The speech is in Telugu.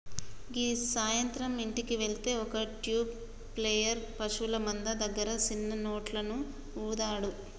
గీ సాయంత్రం ఇంటికి వెళ్తే ఒక ట్యూబ్ ప్లేయర్ పశువుల మంద దగ్గర సిన్న నోట్లను ఊదాడు